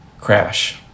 crash